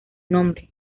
nombre